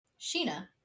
Sheena